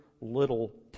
Little